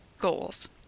Goals